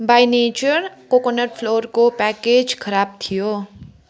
by nature coconut फ्लोरको package खराब थियो